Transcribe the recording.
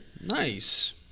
nice